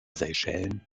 seychellen